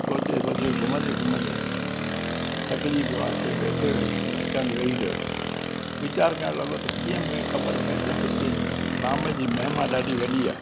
सोचे सोचे घुमंदे घुमंदे थकिजी पियो आख़िरि वेठे वेठे हिकु हंधि वेही रहियो वीचारु करणु लॻो त कीअं मूंखे ख़बर पए त हिते राम जी महिमा ॾाढी वॾी आहे